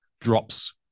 drops